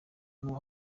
n’uwo